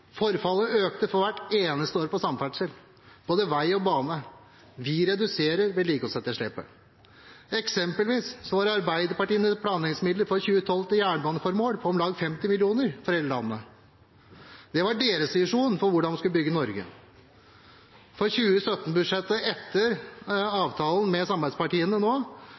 Forfallet økte hvert eneste år på samferdsel, på både vei og bane. Vi reduserer vedlikeholdsetterslepet. Eksempelvis var Arbeiderpartiets planleggingsmidler til jernbaneformål i 2012 på om lag 50 mill. kr for hele landet. Det var deres visjon for hvordan man skulle bygge Norge. I 2017-budsjettet, etter avtalen med samarbeidspartiene,